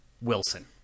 Wilson